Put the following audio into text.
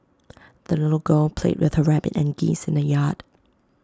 the little girl played with her rabbit and geese in the yard